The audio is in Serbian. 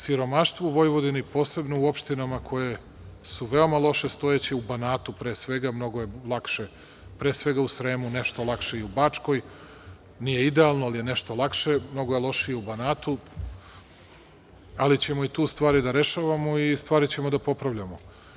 Siromaštvo u Vojvodini, posebno u opštinama koje su veoma loše stojeće u Banatu, pre svega, mnogo je lakše pre svega u Sremu, nešto i u Bačkoj, nije idealno, nešto je lakše, mnogo je lošije u Banatu, ali ćemo i tu stvari da rešavamo i stvari ćemo da popravljamo.